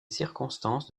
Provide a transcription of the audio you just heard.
circonstances